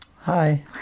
Hi